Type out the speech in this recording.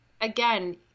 again